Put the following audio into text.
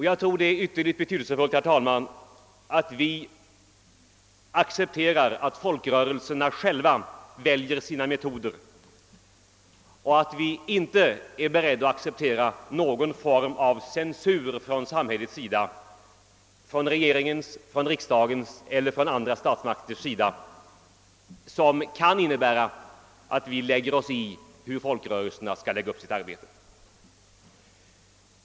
Jag tror det är ytterligt betydelsefullt, herr talman, att vi accepterar att folkrörelser na själva väljer sina metoder och att vi inte skall acceptera någon form av censur från samhällets sida — från regering och riksdag — som kan innebära att vi lägger oss i hur folkrörelserna skall lägga upp sitt arbete.